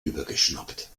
übergeschnappt